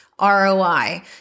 ROI